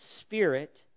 Spirit